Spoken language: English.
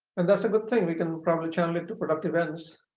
and that's a good thing. we can probably channel it to productive ends